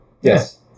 yes